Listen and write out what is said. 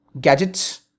gadgets